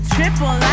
Triple